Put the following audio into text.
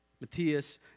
Matthias